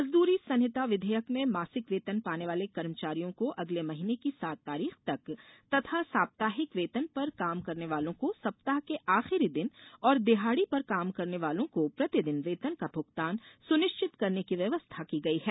मजदूरी संहिता विधेयक में मासिक वेतन पाने वाले कर्मचारियों को अगले महीने की सात तारीख तक तथा साप्ताहिक वेतन पर काम करने वालों को सप्ताह के आखिरी दिन और दिहाड़ी पर काम करने वालों को प्रतिदिन वेतन का भुगतान सुनिश्चित करने की व्यवस्था की गयी है